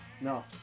No